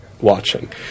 watching